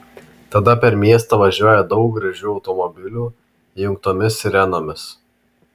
tada per miestą važiuoja daug gražių automobilių įjungtomis sirenomis